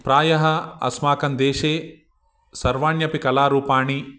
प्रायः अस्माकन्देशे सर्वाण्यपि कलारूपाणि